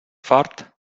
fart